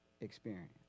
experience